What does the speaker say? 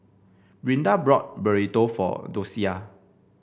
Brinda bought Burrito for Docia